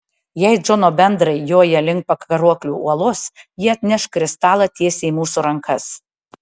jei džono bendrai joja link pakaruoklių uolos jie atneš kristalą tiesiai į mūsų rankas